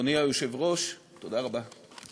אדוני היושב-ראש, תודה רבה.